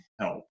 help